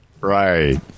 Right